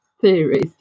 theories